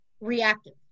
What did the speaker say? reactive